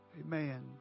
Amen